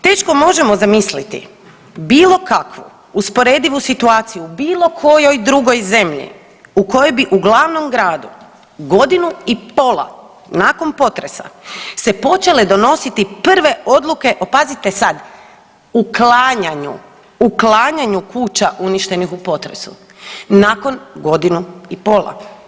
Teško možemo zamisliti bilo kakvu usporedivu situaciju u bilo kojoj drugoj zemlji u kojoj bi u glavnom gradu godinu i pola nakon potresa se počele donositi prve odluke o pazite sad „uklanjanju“, uklanjanju kuća uništenih u potresu nakon godinu i pola.